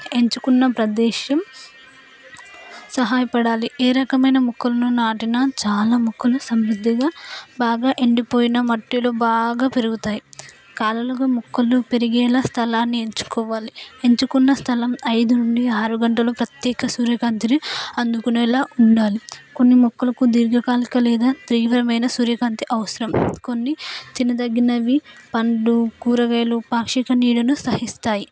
ఎంచుకున్న ప్రదేశం సహాయపడాలి ఏ రకమైన మొక్కలను నాటిన చాలా మొక్కలు సమృద్ధిగా బాగా ఎండిపోయిన మట్టిలో బాగా పెరుగుతాయి కాలాల్లో కూడా మొక్కలు పెరిగేలా స్థలాన్ని ఎంచుకోవాలి ఎంచుకున్న స్థలం ఐదు నుండి ఆరు గంటలు ప్రత్యేక సూర్యకాంతిని అందుకునేలా ఉండాలి కొన్ని మొక్కలు దీర్ఘకాలిక లేదా తీవ్రమైన సూర్యకాంతి అవసరం కొన్ని చిన్న తగినవి పండ్లు కూరగాయలు పాషిక నీడను సహిస్తాయి